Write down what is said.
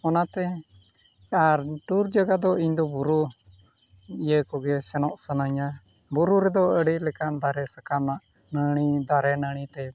ᱟᱨ ᱚᱱᱟᱛᱮ ᱴᱩᱨ ᱡᱟᱭᱜᱟ ᱫᱚ ᱤᱧᱫᱚ ᱵᱩᱨᱩ ᱤᱭᱟᱹ ᱠᱚᱜᱮ ᱥᱮᱱᱚᱜ ᱥᱟᱱᱟᱧᱟ ᱵᱩᱨᱩ ᱨᱮᱫᱚ ᱟᱹᱰᱤ ᱞᱮᱠᱟᱱ ᱫᱟᱨᱮ ᱥᱟᱠᱟᱢᱟᱜ ᱱᱟᱹᱲᱤ ᱫᱟᱨᱮ ᱱᱟᱹᱲᱤ ᱛᱮ